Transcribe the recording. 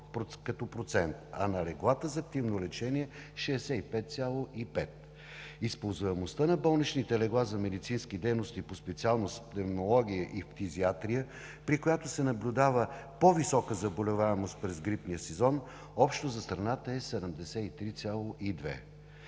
г. е 66,1%, а на леглата за активно лечение – 65,5%. Използваемостта на болничните легла за медицински дейности по специалност „Пневмология и фтизиатрия“, при която се наблюдава по-висока заболеваемост през грипния сезон, общо за страната е 73,2%.